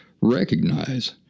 recognize